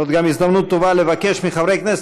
זאת גם הזדמנות טובה לבקש מחברי כנסת